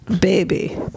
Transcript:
Baby